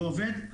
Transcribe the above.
תודה.